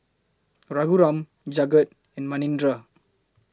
Raghuram Jagat and Manindra